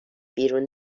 بیرون